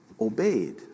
obeyed